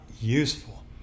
useful